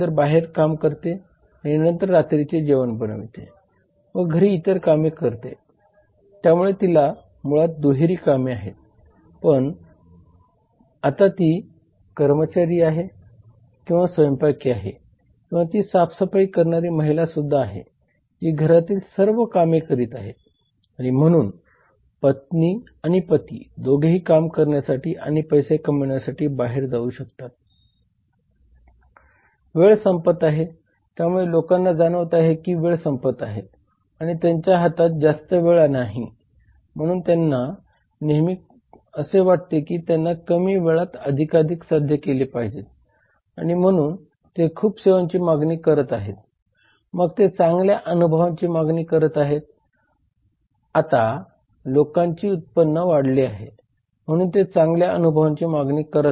तर आपण स्थूल वातावरणाचे विश्लेषण करणार आहोत तर स्थूल वातावरण हे एक स्वतंत्र घटक आहे जे कोणत्याही कंपनीला प्रभावित करू शकते जरीही कंपनी सध्याच्या व्यावसायिक वातावरणाशी सुसंगतपणे आपली सेवा निर्माण आणि वितरित करण्यास सक्षम असेल किंवा नसेल याचा अर्थ स्थूल वातावरण हे कंपनीच्या व्यवसाय वातावरणाशी सुसंगत आहे की नाही हे निर्धारित करते